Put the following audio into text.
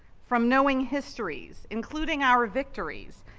from knowing histories, including our victories,